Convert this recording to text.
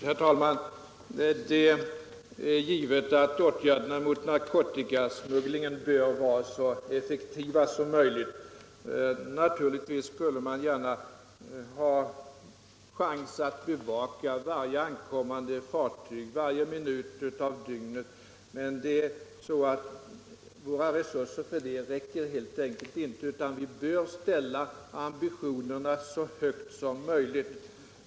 Herr talman! Det är givet att åtgärderna mot narkotikasmugglirgen bör vara så effektiva som möjligt. Naturligtvis skulle man gärna vilja ha möjligheter att bevaka varje ankommande fartyg varje minut av dygnet, men våra resurser räcker helt enkelt inte till för detta. Vi bör emellertid ställa ambitionerna så högt som möjligt.